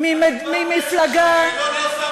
עם אותם ערכים שאנחנו מאמינים,